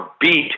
beat